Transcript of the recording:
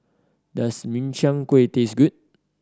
does Min Chiang Kueh taste good